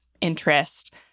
interest